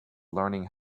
learning